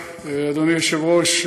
אדוני היושב-ראש,